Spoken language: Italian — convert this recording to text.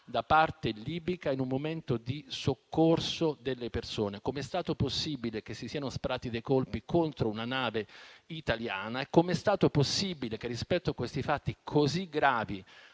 da parte libica in un momento di soccorso delle persone; come è stato possibile che si siano sparati dei colpi contro una nave italiana e come è stato possibile che, rispetto a fatti così gravi,